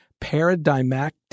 paradigmatic